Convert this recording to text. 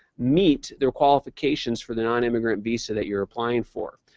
meet the qualifications for the non-immigrant visa that you're applying for.